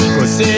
Cause